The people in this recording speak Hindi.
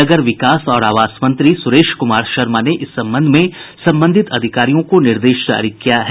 नगर विकास और आवास मंत्री सुरेश कुमार शर्मा ने इस संबंध में संबंधित अधिकारियों को निर्देश जारी किया है